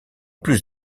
plus